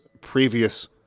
previous